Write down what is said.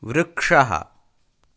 वृक्षः